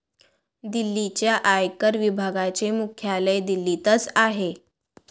दिल्लीच्या आयकर विभागाचे मुख्यालय दिल्लीतच आहे